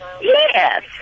Yes